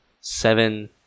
seven